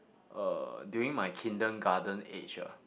uh during my kindergarten age ah